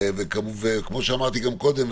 וכמו שאמרתי גם קודם,